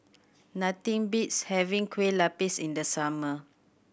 nothing beats having Kueh Lapis in the summer